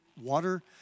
water